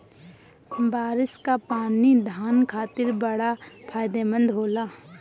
बारिस कअ पानी धान खातिर बड़ा फायदेमंद होला